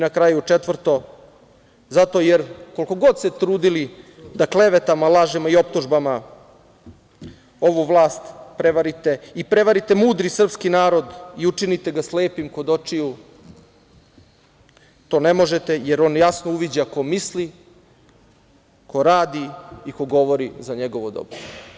Na kraju, četvrto, zato jer koliko god se trudili da klevetama, lažima i optužbama ovu vlast prevarite i prevarite mudri srpski narod i učinite ga slepim kod očiju, to ne možete jer on jasno uviđa ko misli, ko radi i ko govori za njegovo dobro.